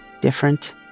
Different